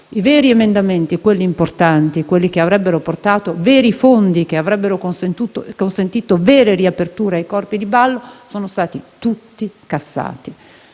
I veri emendamenti, quelli importanti, che avrebbero portato veri fondi e avrebbero consentito vere riaperture dei corpi di ballo, sono stati tutti cassati.